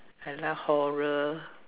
I like horror